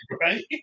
right